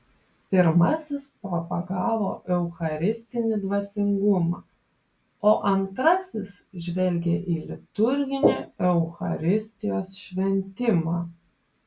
pirmasis propagavo eucharistinį dvasingumą o antrasis žvelgė į liturginį eucharistijos šventimą